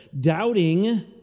Doubting